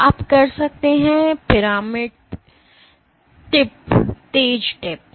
तो आप कर सकते हैं पिरामिड टिप तेज टिप